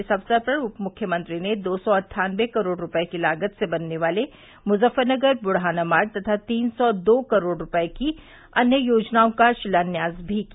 इस अवसर पर उप मुख्यमंत्री ने दो सौ अट्ठानवे करोड़ रूपये की लागत से बनने वाले मुज़फ़्फ़रनगर बुढ़ाना मार्ग तथा तीन सौ दो करोड़ रूपये की अन्य योजनाओं का शिलान्यास भी किया